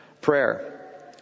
Prayer